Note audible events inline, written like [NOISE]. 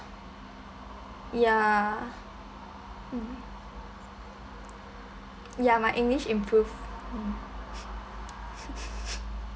ya mm ya my english improved mm [LAUGHS]